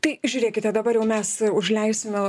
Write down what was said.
tai žiūrėkite dabar jau mes užleisime